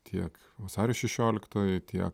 tiek vasario šešioliktoji tiek